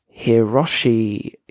Hiroshi